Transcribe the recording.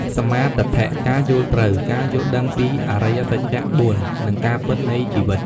សម្មាទិដ្ឋិ ការយល់ត្រូវ ការយល់ដឹងពីអរិយសច្ច ៤ និងការពិតនៃជីវិត។